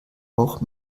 auch